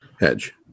Hedge